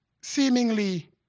seemingly